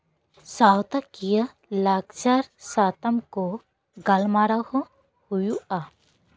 ᱥᱟᱶᱛᱟᱠᱤᱭᱟᱹ ᱞᱟᱠᱪᱟᱨ ᱥᱟᱛᱟᱢ ᱠᱚ ᱜᱟᱞᱢᱟᱨᱟᱣ ᱦᱚᱸ ᱦᱩᱭᱩᱜᱼᱟ